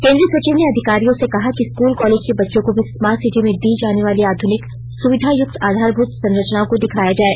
केन्द्रीय सचिव ने अधिकारियों से कहा कि स्कूल कॉलेज के बच्चों को भी स्मार्ट सिटी में दी जाने वाली आध्निक सुविधायुक्त आधारभूत संरचनाओं को दिखाया जाय